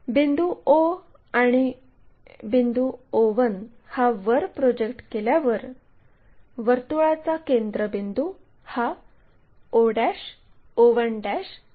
बिंदू o आणि बिंदू o1 हा वर प्रोजेक्ट केल्यावर वर्तुळाचा केंद्रबिंदू हा o o1 बनेल